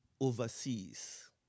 Overseas